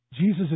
Jesus